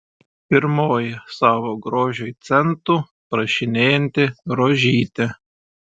pirmoji savo grožiui centų prašinėjanti rožytė